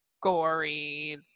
gory